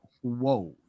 whoa